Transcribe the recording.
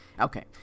Okay